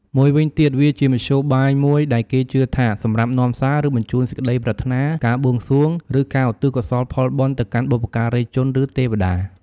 មួយវិញទៀតវាជាមធ្យោបាយមួយដែរគេជឿថាសម្រាប់ នាំសារ ឬបញ្ជូនសេចក្ដីប្រាថ្នា ការបួងសួង ឬការឧទ្ទិសកុសលផលបុណ្យទៅកាន់បុព្វការីជន ឬទេវតា។